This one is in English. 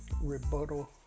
rebuttal